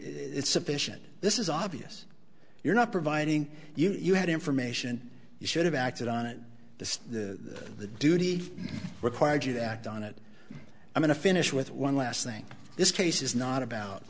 it's sufficient this is obvious you're not providing you had information you should have acted on it the the the duty required you to act on it i'm going to finish with one last thing this case is not about